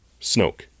Snoke